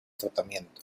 tratamiento